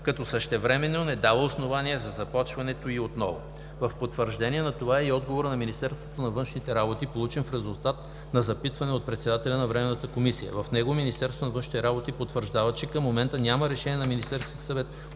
като същевременно не дава основание за започването й отново. В потвърждение на това е и отговорът на Министерството на външните работи, получен в резултат на запитване от председателя на Временната комисия. В него Министерството на външните работи потвърждава, че към момента няма решение на Министерския съвет